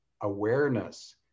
awareness